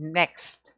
next